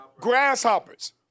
Grasshoppers